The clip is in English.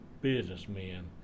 businessmen